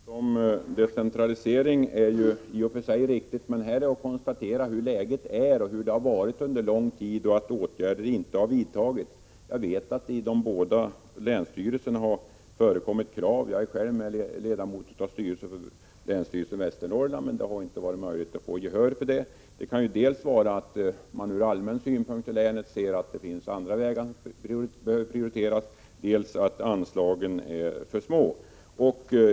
Herr talman! Talet om decentralisering är i och för sig riktigt. Här har jag konstaterat hur läget är och har varit under en lång tid samt att åtgärder inte har vidtagits. Jag vet att det i båda länsstyrelserna har förekommit krav — jag är ju själv ledamot av styrelsen i länsstyrelsen i Västernorrland. Men man har inte fått gehör för sina synpunkter. Det kan ju vara så att man ur allmänna synpunkter i länet anser dels att andra vägar bör prioriteras, dels att anslagen är för små.